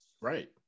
right